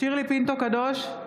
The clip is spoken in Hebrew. שירלי פינטו קדוש,